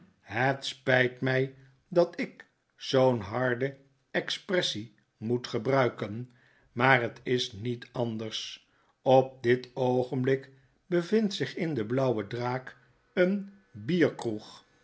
het spijt mij dat ik zoo'n harde expressie moet gebruiken maar het is niet anders op dit oogenblik bevindt zich in jde blauwe draak een bierkroeg